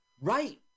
Right